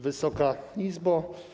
Wysoka Izbo!